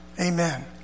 Amen